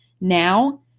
Now